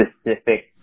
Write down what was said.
specific